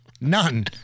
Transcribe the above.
None